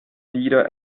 wieder